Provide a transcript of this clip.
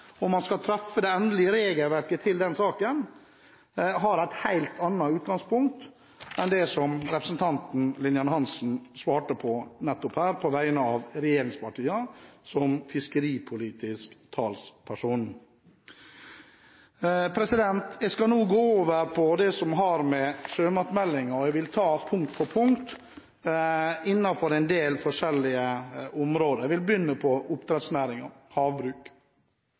og man skal fatte det endelige regelverket til den saken, har et helt annet utgangspunkt enn det som representanten Lillian Hansen, som fiskeripolitisk talsperson på vegne av regjeringspartiene, nettopp hadde i sitt svar. Jeg skal nå gå over til det som har med sjømatmeldingen å gjøre, og jeg vil ta punkt for punkt innenfor en del forskjellige områder. Jeg vil begynne med oppdrettsnæringen, havbruk.